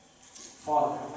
Father